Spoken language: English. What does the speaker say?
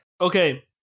Okay